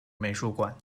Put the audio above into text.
美术馆